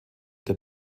der